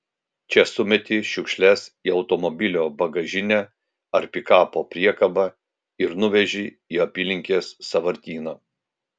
čia sumeti šiukšles į automobilio bagažinę ar pikapo priekabą ir nuveži į apylinkės sąvartyną